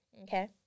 Okay